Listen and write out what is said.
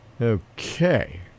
Okay